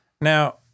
Now